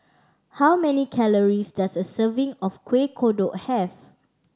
how many calories does a serving of Kuih Kodok have